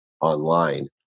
online